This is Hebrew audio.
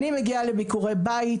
אני מגיעה לביקורי בית,